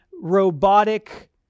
robotic